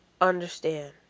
understand